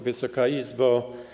Wysoka Izbo!